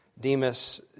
Demas